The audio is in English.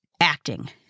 acting